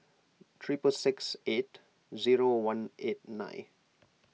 triple six eight zero one eight nine